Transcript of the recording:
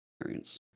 experience